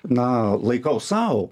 na laikau sau